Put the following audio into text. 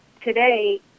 today